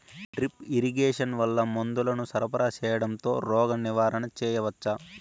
Drip irrigation వల్ల మందులను సరఫరా సేయడం తో రోగ నివారణ చేయవచ్చా?